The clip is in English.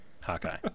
Hawkeye